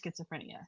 schizophrenia